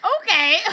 Okay